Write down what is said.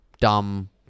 Dumb